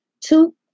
Two